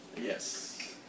Yes